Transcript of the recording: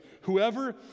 Whoever